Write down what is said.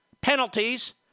penalties